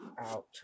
out